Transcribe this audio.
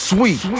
Sweet